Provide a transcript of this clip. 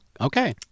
Okay